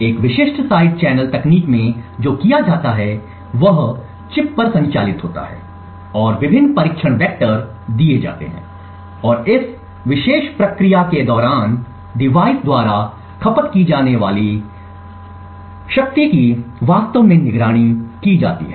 एक विशिष्ट side channel तकनीक में जो किया जाता है वह चिप पर संचालित होता है और विभिन्न परीक्षण वैक्टर दिए जाते हैं और इस विशेष प्रक्रिया के दौरान डिवाइस द्वारा खपत की जाने वाली शक्ति की वास्तव में निगरानी की जाती है